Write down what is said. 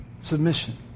Submission